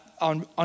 on